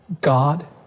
God